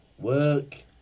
Work